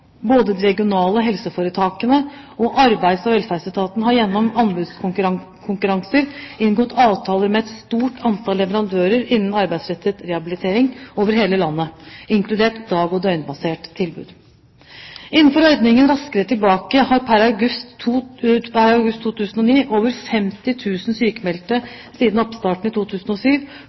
Både de regionale helseforetakene og Arbeids- og velferdsetaten har gjennom anbudskonkurranser inngått avtaler med et stort antall leverandører innen arbeidsrettet rehabilitering over hele landet, inkludert dag- og døgnbaserte tilbud. Innenfor ordningen Raskere tilbake har pr. august 2009 over 50 000 sykmeldte siden oppstarten i 2007 fått tilbud om helse- og rehabiliteringstjenester i sykefraværsoppfølgingen. I løpet av 2007